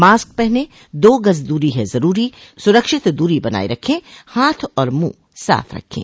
mask पहनें दो गज़ दूरी है ज़रूरी सुरक्षित दूरी बनाए रखें हाथ और मुंह साफ़ रखें